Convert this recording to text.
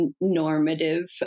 normative